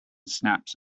snaps